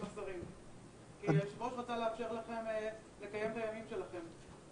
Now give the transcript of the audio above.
השרים כי היושב-ראש רצה לאפשר לכם לקיים את הימים שלכם.